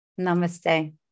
Namaste